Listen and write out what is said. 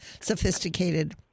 sophisticated